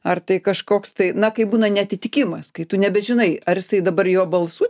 ar tai kažkoks tai na kai būna neatitikimas kai tu nebežinai ar jisai dabar jo balsu